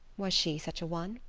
was she such a one?